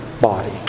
body